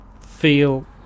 feel